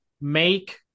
make